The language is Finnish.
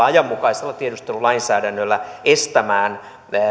ajanmukaisella tiedustelulainsäädännöllä estämään